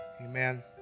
amen